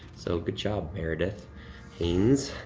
so good job, meredith haynes.